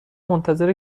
منتظر